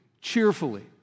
cheerfully